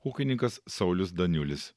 ūkininkas saulius daniulis